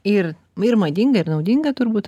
ir ir madinga ir naudinga turbūt